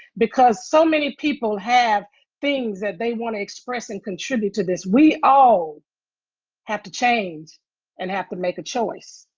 because so many people have things that they want to express and contribute to this. we all have to change and have to make a choice.